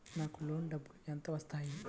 నాకు లోన్ డబ్బులు ఎంత వస్తాయి?